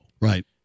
Right